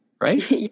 right